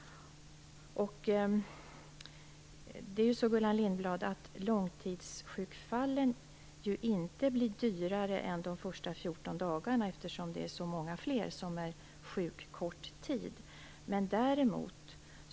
Långtidsjukfallen blir inte dyrare än de första 14 dagarna eftersom det är så många fler som är sjuka kort tid, Gullan Lindblad.